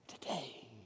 Today